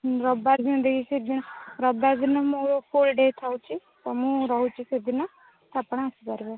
ହଁ ରବିବାର ଦିନ ରବିବାର ଦିନ ମୋର ଫୁଲ୍ ଡେ' ଥାଉଛି ତ ମୁଁ ରହୁଛି ସେଦିନ ତ ଆପଣ ଆସିପାରିବେ